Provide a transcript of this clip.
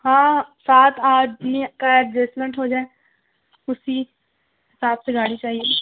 ہاں سات آٹھ آدمی کا ایڈجسٹمنٹ ہو جائے اسی حساب سے گاڑی چاہیے